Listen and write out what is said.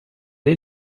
est